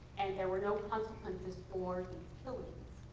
and there were no consequences for killings.